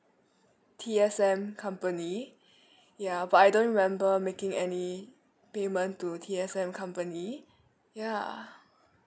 T_S_M company ya but I don't remember making any payment to T_S_M company ya